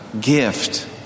gift